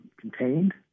contained